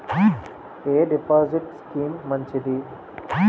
ఎ deposit scheme మంచిది?